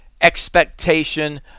expectation